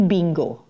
Bingo